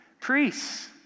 Priests